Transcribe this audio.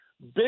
Big